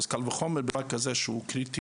קל וחומר בדבר כזה שהוא קריטי